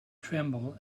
tremble